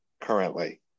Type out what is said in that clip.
currently